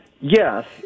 Yes